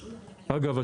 אגב,